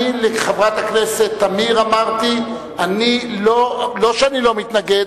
לחברת הכנסת תמיר אמרתי: לא שאני לא מתנגד,